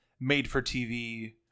made-for-TV